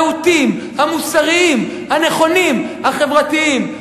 הרהוטים, המוסריים, הנכונים, החברתיים.